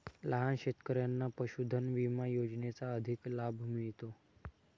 लहान शेतकऱ्यांना पशुधन विमा योजनेचा अधिक लाभ मिळतो